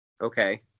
Okay